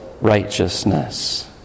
righteousness